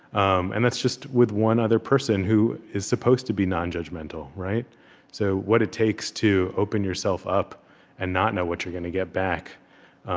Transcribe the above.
um and that's just with one other person who is supposed to be nonjudgmental. so what it takes to open yourself up and not know what you're going to get back